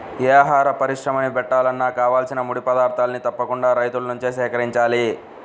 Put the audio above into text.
యే ఆహార పరిశ్రమని బెట్టాలన్నా కావాల్సిన ముడి పదార్థాల్ని తప్పకుండా రైతుల నుంచే సేకరించాల